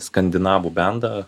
skandinavų bendą